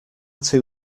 too